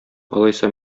алайса